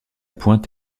pointe